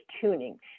tuning